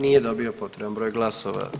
Nije dobio potreban broj glasova.